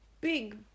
big